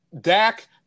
Dak